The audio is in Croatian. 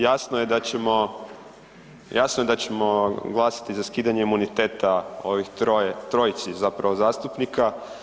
Jasno je da ćemo, jasno je da ćemo glasati za skidanje imuniteta ovih troje, trojici zapravo zastupnika.